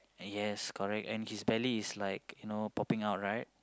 and yes correct and his belly is like you know popping out right